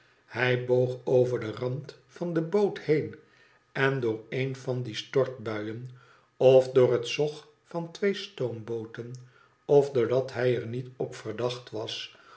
hij boog over den rand van de boot heen en door een van die stortbuien of door het zog van twee stoombooten of doordat hij er niet op verdacht was